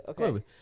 okay